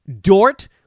Dort